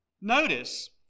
Notice